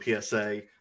PSA